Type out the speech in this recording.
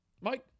Mike